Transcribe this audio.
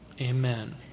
Amen